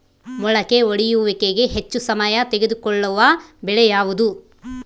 ಮೊಳಕೆ ಒಡೆಯುವಿಕೆಗೆ ಹೆಚ್ಚು ಸಮಯ ತೆಗೆದುಕೊಳ್ಳುವ ಬೆಳೆ ಯಾವುದು?